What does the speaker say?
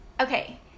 Okay